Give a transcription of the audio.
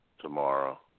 tomorrow